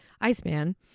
Iceman